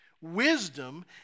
Wisdom